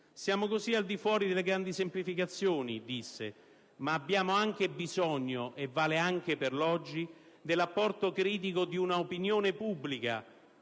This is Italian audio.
«Siamo così al di fuori» - disse - «delle grandi semplificazioni (...) ma abbiamo anche bisogno» - e vale anche per l'oggi - «dell'apporto critico di una opinione pubblica